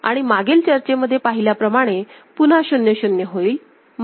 आणि मागील चर्चेमध्ये पाहिल्या प्रमाणे पुन्हा 00 होईल